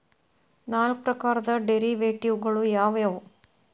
ನಾಲ್ಕ್ ಪ್ರಕಾರದ್ ಡೆರಿವೆಟಿವ್ ಗಳು ಯಾವ್ ಯಾವವ್ಯಾವು?